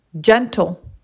gentle